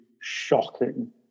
Shocking